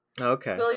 Okay